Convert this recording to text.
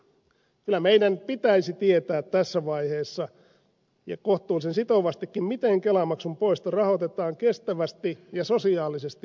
kyllä meidän pitäisi tietää tässä vaiheessa ja kohtuullisen sitovastikin miten kelamaksun poisto rahoitetaan kestävästi ja sosiaalisesti oikeudenmukaisesti